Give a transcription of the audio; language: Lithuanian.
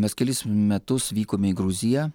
mes kelis metus vykome į gruziją